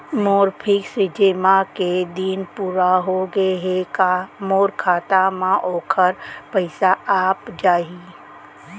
मोर fix जेमा के दिन पूरा होगे हे का मोर खाता म वोखर पइसा आप जाही?